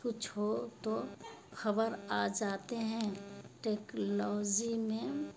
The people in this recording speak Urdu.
کچھ ہو تو خبر آ جاتے ہیں ٹیکلوزی میں